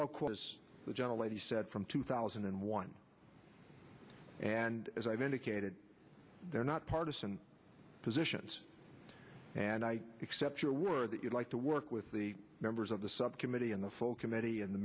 all close the gentle lady said from two thousand and one and as i've indicated they're not partisan positions and i accept your word that you'd like to work with the members of the subcommittee and the full committee of the